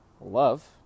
love